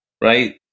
right